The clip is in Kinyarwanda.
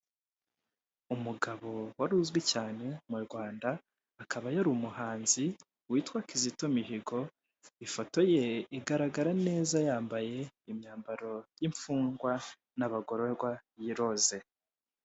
Umugabo wari uzwi cyane mu Rwanda akaba yari umuhanzi witwa kizito mihigo ifoto ye igaragara neza yambaye imyambaro y'imfungwa n'abagororwa y'iroze.